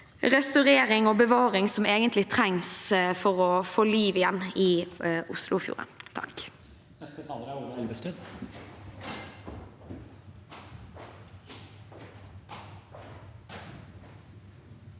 og bevaring som egentlig trengs, for å få liv i Oslofjorden